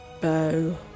bow